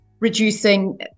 reducing